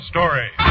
Story